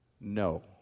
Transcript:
no